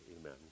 Amen